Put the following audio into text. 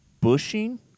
bushing